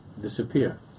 disappear